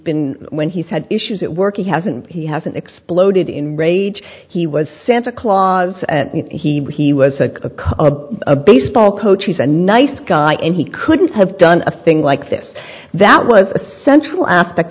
been when he's had issues at work he hasn't he hasn't exploded in rage he was santa claus and he was he was a baseball coach he's a nice guy and he couldn't have done a thing like this that was a central aspect